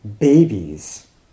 babies